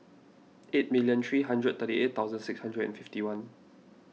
eight million three hundred thirty eight thousand six hundred and fifty one